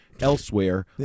elsewhere